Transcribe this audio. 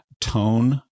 tone